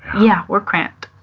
yeah, we're cramped